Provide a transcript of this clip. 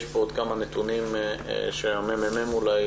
יש כאן עוד כמה נתונים שמרכז המחקר והמידע ירצה